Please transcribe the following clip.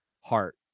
heart